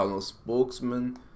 spokesman